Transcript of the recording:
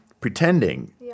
pretending